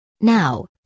Now